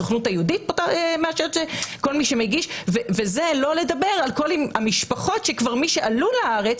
זה בלי לדבר על המשפחות של מי שכבר עלו לארץ,